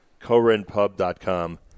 KorenPub.com